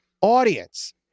audience